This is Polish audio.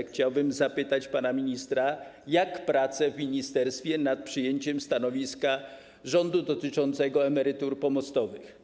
Chciałbym zapytać pana ministra, jak wyglądają prace w ministerstwie nad przyjęciem stanowiska rządu dotyczącego emerytur pomostowych.